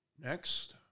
Next